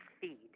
feed